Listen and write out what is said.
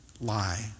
lie